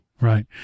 Right